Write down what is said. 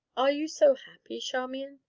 are you so happy, charmian?